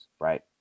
Right